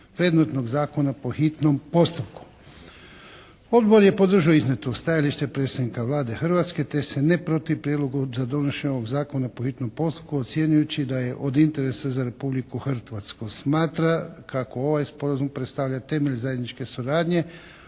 predmetnog zakona po hitnom postupku. Odbor je podržao iznijeto stajalište predstavnika Vlade Hrvatske te se ne protivi prijedlogu za donošenje ovog zakona po hitnom postupku ocjenjujući da je od interesa za Republiku Hrvatsku. Smatra kako ovaj sporazum predstavlja temeljem zajedničke suradnje